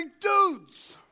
dudes